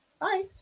Bye